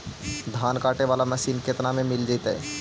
धान काटे वाला मशीन केतना में मिल जैतै?